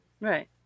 Right